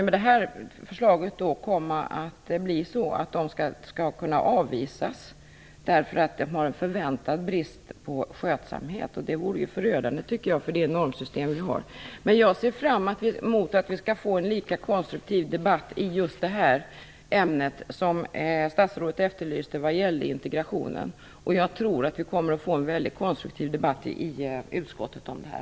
Med det här förslaget kan det komma att bli så att de skall kunna avvisas för att de har förväntad brist på skötsamhet. Det tycker jag vore förödande för det normsystem vi har. Men jag ser fram emot att vi skall få en lika konstruktiv debatt i just det här ämnet som statsrådet efterlyste vad gällde integrationen. Jag tror att vi kommer att få en mycket konstruktiv debatt i utskottet om det här.